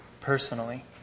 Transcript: personally